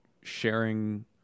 sharing